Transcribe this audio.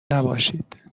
نباشید